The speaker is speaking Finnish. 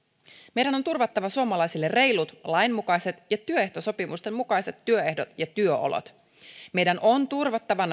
meidän on turvattava suomalaisille reilut lain mukaiset ja työehtosopimusten mukaiset työehdot ja työolot meidän on turvattava